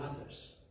others